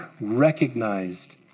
recognized